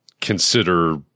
consider